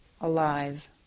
alive